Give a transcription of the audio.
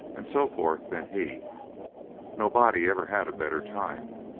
and so forth than he no body ever had a better time.